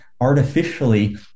artificially